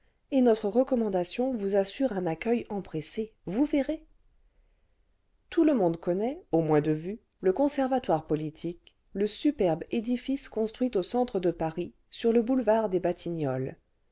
et notre recommandation vous assure un accueil empressé vous verrez tout le monde connaît an moins de vue le conservatoire politique le superbe édifice construit au centre de paris sur le boulevard des batignolles